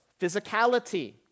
Physicality